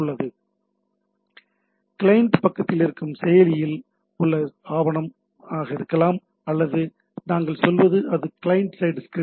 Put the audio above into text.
இதேபோல் கிளையன்ட் பக்கத்தில் இருக்கும் செயலில் உள்ள ஆவணம் ஆக இருக்கலாம் அல்லது நாங்கள் சொல்வது அது கிளையன்ட் சைட் ஸ்கிரிப்ட்